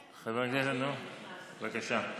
בבקשה.